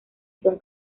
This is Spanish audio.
son